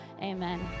Amen